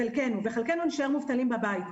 חלקנו, וחלקנו נישאר מובטלים בבית.